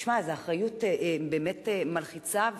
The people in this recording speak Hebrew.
תשמע, זו אחריות באמת מלחיצה.